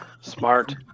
Smart